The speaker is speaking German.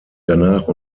danach